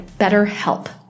BetterHelp